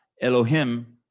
Elohim